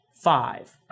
five